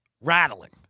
rattling